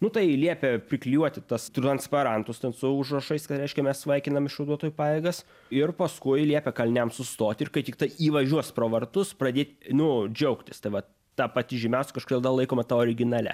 nu tai liepė priklijuoti tas transparantus ten su užrašais kad reiškia mes sveikinam išvaduotojų pajėgas ir paskui liepė kaliniams sustoti ir kai tiktai įvažiuos pro vartus pradė nu džiaugtis tai vat ta pati žymiausia kažkodėl vėl laikoma ta originalia